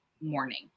morning